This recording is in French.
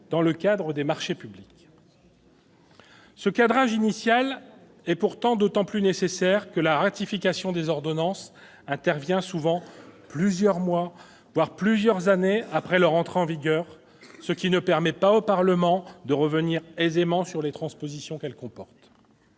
dans le cadre des marchés publics. Ce cadrage initial est pourtant d'autant plus nécessaire que la ratification des ordonnances intervient souvent plusieurs mois, voire plusieurs années, après leur entrée en vigueur, ce qui ne permet pas au Parlement de revenir aisément sur les sur-transpositions qu'elles comportent.